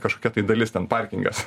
kažkokia tai dalis ten parkingas